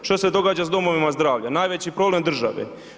Što se događa sa domovima zdravlja, najveći problem države?